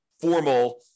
formal